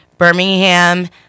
Birmingham